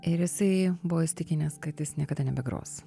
ir jisai buvo įsitikinęs kad jis niekada nebegros